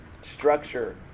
structure